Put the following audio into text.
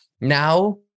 Now